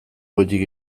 goitik